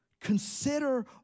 Consider